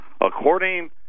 According